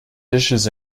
dishes